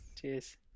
Cheers